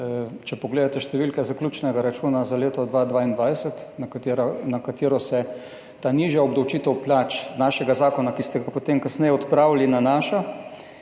Če pogledate številke zaključnega računa za leto 2022, na katero se ta nižja obdavčitev plač našega zakona, ki ste ga potem kasneje odpravili, nanaša,